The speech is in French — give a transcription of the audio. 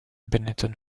benetton